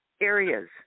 areas